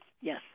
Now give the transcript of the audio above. Yes